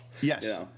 Yes